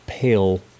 pale